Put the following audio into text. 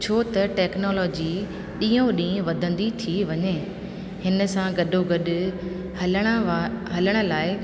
छो त टेक्नोलॉजी ॾींहों ॾींहुं वधंदी थी वञे हिन सां गॾो गॾु हलण वा हलण लाइ